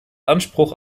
anspruch